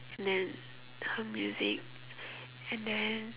and then her music and then